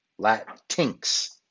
Latinx